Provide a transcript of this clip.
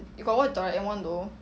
you got watch doraemon though